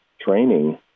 training